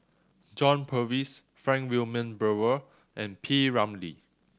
John Purvis Frank Wilmin Brewer and P Ramlee